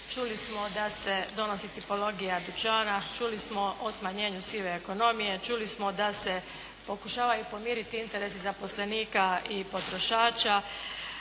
čuli smo da se donosi tipologija dućana, čuli smo o smanjenju sive ekonomije, čuli smo da se pokušavaju pomiriti interesi zaposlenika i potrošača,